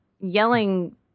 yelling